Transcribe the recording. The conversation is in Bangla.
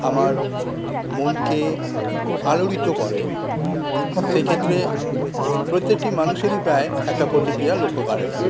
আমার মনকে আলোড়িত করে সেক্ষেত্রে প্রত্যেকটি মানুষেরই প্রায় একটা প্রতিক্রিয়া লক্ষ্য করা যায়